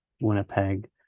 Winnipeg